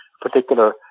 particular